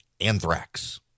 Anthrax